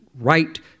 right